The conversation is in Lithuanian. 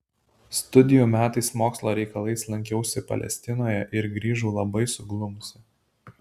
studijų metais mokslo reikalais lankiausi palestinoje ir grįžau labai suglumusi